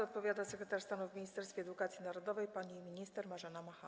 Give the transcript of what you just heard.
Odpowiada sekretarz stanu w Ministerstwie Edukacji Narodowej pani minister Marzena Machałek.